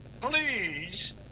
please